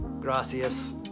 Gracias